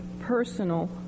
personal